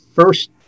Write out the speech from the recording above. first